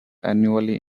annually